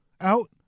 out